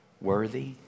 Worthy